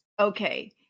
Okay